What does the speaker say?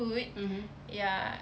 mmhmm